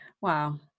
wow